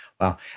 Wow